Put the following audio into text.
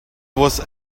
was